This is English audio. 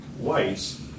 whites